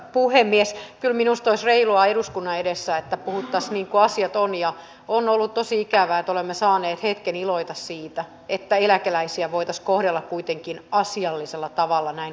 puhemies ja minusta reilua eduskunnan edessä että kuutosviikkoasiatoimija on ollut tosi ikävää olemme saaneet hetken iloita siitä että eläkeläisiä voit kohdella kuitenkin asiallisella tavalla näin